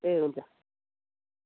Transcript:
ए हुन्छ